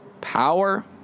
Power